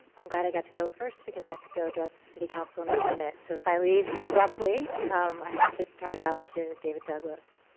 and glad i got to go first. i have to go address city council in a few minutes. so if i leave abruptly i have to drive out to david douglas.